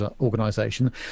organization